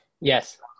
Yes